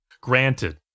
granted